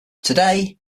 today